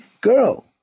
girl